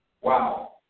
Wow